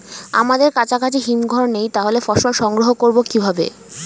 আমাদের কাছাকাছি হিমঘর নেই তাহলে ফসল সংগ্রহ করবো কিভাবে?